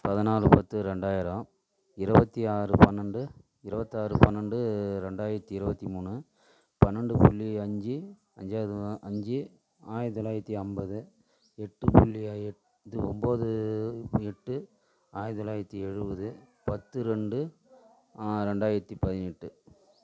பதிலானு பத்து பதினாலு பத்து ரெண்டாயிரம் இருபத்தி ஆறு பன்னெரெண்டு இருபத்தாறு பன்னெரெண்டு ரெண்டாயிரத்தி இருபத்தி மூணு பன்னெரெண்டு புள்ளி அஞ்சு அஞ்சாவது அஞ்சு ஆயிரத்தி தொள்ளாயிரத்தி ஐம்பது எட்டு புள்ளி எட் இது ஒன்போது எட்டு ஆயிரத்தி தொள்ளாயிரத்தி எழுபது பத்து ரெண்டு ரெண்டாயிரத்தி பதினெட்டு